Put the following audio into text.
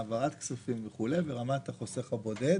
העברת כספים וכו' ברמת החוסך הבודד.